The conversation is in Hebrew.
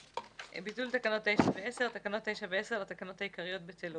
ביטול תקנה 9 ו-10 תקנות 9 ו-10 לתקנות העיקריות בטלות.